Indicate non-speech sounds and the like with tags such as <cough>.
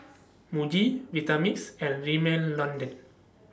<noise> Muji Vitamix and Rimmel London